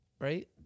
right